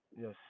Yes